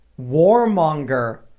warmonger